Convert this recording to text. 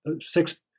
six